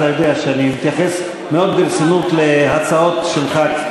אתה יודע שאני מתייחס מאוד ברצינות להצעות שלך,